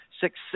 success